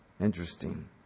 Interesting